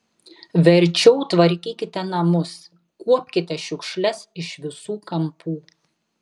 verčiau tvarkykite namus kuopkite šiukšles iš visų kampų